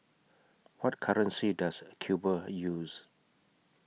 What currency Does Cuba use